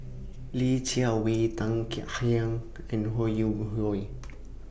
Li Jiawei Tan Kek Hiang and Ho Yuen Hoe